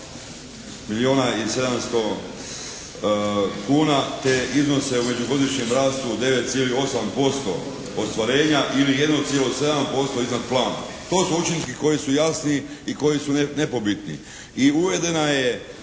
milijuna i 700 kuna, te iznose u među godišnjem rastu 9,8% ostvarenja ili 1,7% iznad plana. To su učinci koji su jasni i koji su nepobitni. I uvedena je